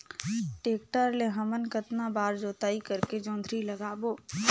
Tractor ले हमन कतना बार जोताई करेके जोंदरी लगाबो?